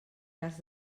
cas